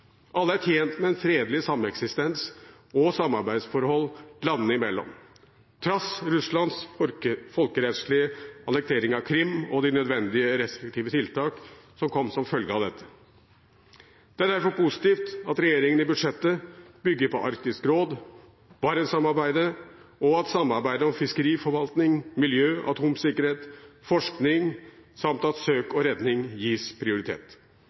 Alle er tjent med en fredelig sameksistens og samarbeidsforhold landene imellom, trass i Russlands folkerettsstridige annektering av Krim og de nødvendige restriktive tiltakene som kom som følge av dette. Det er derfor positivt at regjeringen i budsjettet bygger på Arktisk råd, Barentssamarbeidet, samarbeid om fiskeriforvaltning, miljø, atomsikkerhet og forskning, samt at søk og redning gis prioritet.